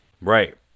right